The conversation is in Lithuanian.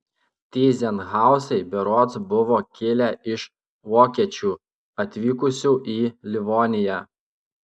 tyzenhauzai berods buvo kilę iš vokiečių atvykusių į livoniją